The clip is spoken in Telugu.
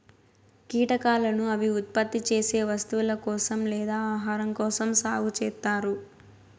కీటకాలను అవి ఉత్పత్తి చేసే వస్తువుల కోసం లేదా ఆహారం కోసం సాగు చేత్తారు